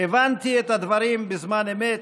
הבנתי את הדברים בזמן אמת,